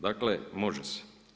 Dakle može se.